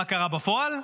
מה קרה בפועל?